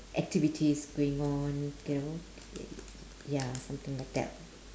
activities going on you know ya something like that